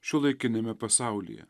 šiuolaikiniame pasaulyje